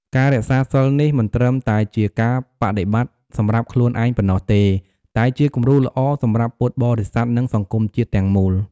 ការរក្សាសីលនេះមិនត្រឹមតែជាការបដិបត្តិសម្រាប់ខ្លួនឯងប៉ុណ្ណោះទេ តែជា គំរូដ៏ល្អ សម្រាប់ពុទ្ធបរិស័ទ និងសង្គមជាតិទាំងមូល។